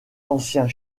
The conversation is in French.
anciens